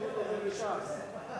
לוועדת הכספים נתקבלה.